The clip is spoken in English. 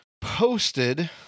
posted